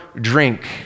drink